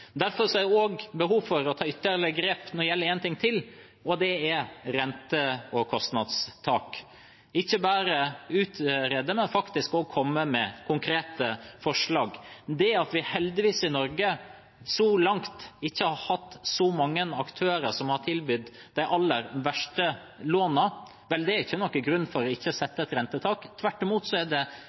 Derfor er det også behov for å ta ytterligere grep når det gjelder én ting til, og det er rente- og kostnadstak – ikke bare utrede, men også komme med konkrete forslag. Det at vi heldigvis i Norge – så langt – ikke har hatt så mange aktører som har tilbydd de aller verste lånene, er ikke noen grunn til ikke å sette et rentetak. Tvert imot er det